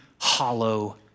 hollow